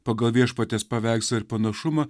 pagal viešpaties paveikslą ir panašumą